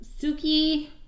Suki